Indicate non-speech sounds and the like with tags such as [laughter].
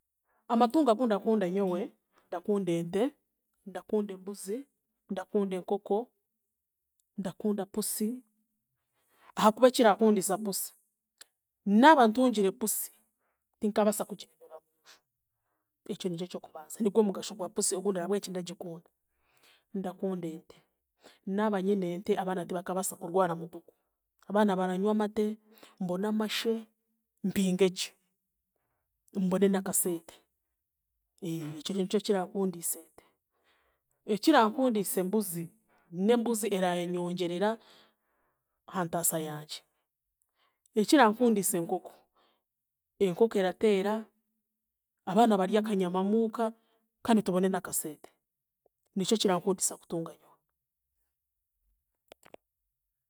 Amatungo agu ndakunda nyowe, ndakunda ente, ndakunda embuzi, ndakunda enkoko, ndakunda pusi, ahaakuba ekirankundiisa pusi, naaba ntungire pusi, tinkaabaasa kugira embeba munju. Ekyo nikyo kyokubanza, nigwe mugasho gwa pusi ogundareeba ahabw'enki ndagikunda. Ndakunda ente, naaba nyine ente, abaana tibakaabaasa kurwara mutuku, abaana baranywa amate, mbone amashe, mpinge gye mbone n'akaseete, [hesitation] ekyo nikyo kirankundisa ente. Ekirankundiisa embuzi, n'embuzi raanyongyerera aha ntaasa yangye. Ekirankundiisa enkoko, enkoko erateera, abaana barye akanyama muuka, kandi tubone n'akaseete, nikyo kirankundiisa kutunga nyowe.